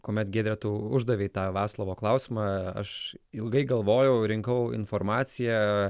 kuomet giedre tu uždavei tą vaclovo klausimą aš ilgai galvojau rinkau informaciją